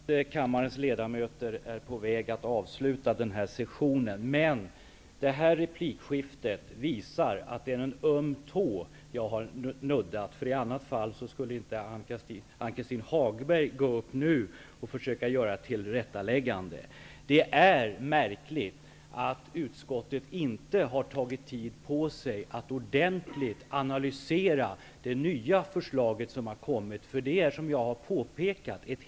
Fru talman! Jag vet att kammarens ledamöter är på väg att avsluta sessionen, men det här replikskiftet visar att det är en öm tå som jag har nuddat vid. I annat fall skulle inte Ann-Cathrine Haglund gå upp och försöka göra ett tillrättaläggande. Det är märkligt att utskottet inte har tagit tid på sig att ordentligt analysera det nya förslag som har kommit, som är helt nytt, som jag har påpekat.